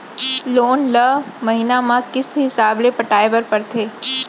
loan ल महिना म किस्त हिसाब ले पटाए बर परथे